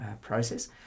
process